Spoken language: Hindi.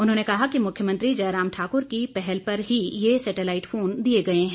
उन्होंने कहा कि मुख्यमंत्री जयराम ठाक्र की पहल पर ही ये सैटेलाईट फोन दिए गए हैं